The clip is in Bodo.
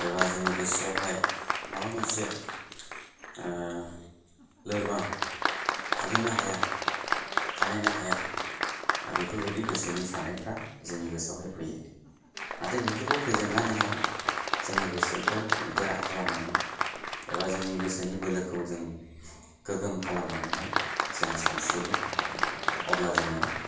एबा जोङो गोसोआवहाय माबा मोनसे लोरबां हागोन ना हाया हानाय ना हाया बेफोरबायदि गोसोनि साननायफ्रा जोंनि गोसोआवहाय फैयो नाथाय बेफोरखौ फेजेननानैहाय जोङो गोसोखौ गोरा खालामनानै एबा जोंनि गोसोनि बोलोखौ जों गोगोम खालामनानैनो जोङो सानस्रियो अब्ला जोङो